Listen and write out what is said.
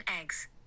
eggs